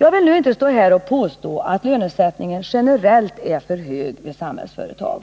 Jag vill nu inte stå och påstå att lönesättningen generellt är för hög vid Samhällsföretag.